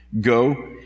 Go